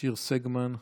שיר סגמן.